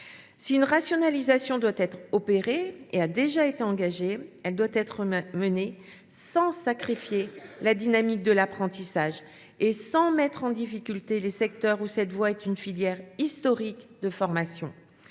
La rationalisation qui doit être opérée a déjà été engagée, mais elle doit être menée sans sacrifier la dynamique de l’apprentissage et sans mettre en difficulté les secteurs dans lesquels cette voie est une filière historique de formation.